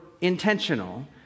intentional